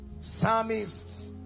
psalmists